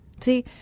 see